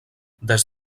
des